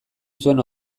zuen